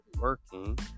working